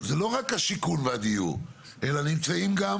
זה לא רק השיכון והדיור, אלא נמצאים גם